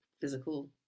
physical